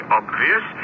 obvious